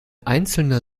einzelner